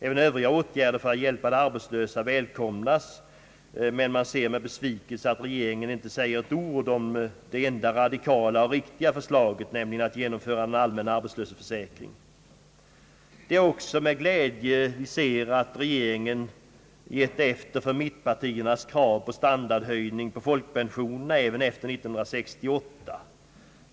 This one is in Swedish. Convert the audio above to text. Även Övriga åtgärder för att hjälpa de arbetslösa välkomnas, men man ser med besvikelse att regeringen inte säger ett ord om det enda radikala och riktiga förslaget, nämligen att genomföra en allmän arbetslöshetsförsäkring. Det är också glädjande att se att regeringen gett efter för mittpartiernas krav på standardhöjning av folkpensionerna även efter 1968.